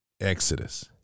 exodus